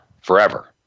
forever